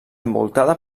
envoltada